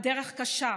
הדרך קשה.